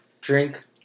drink